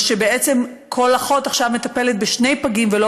ובעצם כל אחות מטפלת עכשיו בשני פגים ולא